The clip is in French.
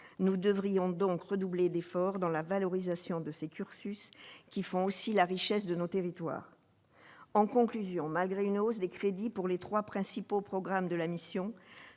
nous devrions donc redoubler d'efforts dans la valorisation de ces cursus qui font aussi la richesse de nos territoires, en conclusion, malgré une hausse des crédits pour les 3 principaux programmes de la mission,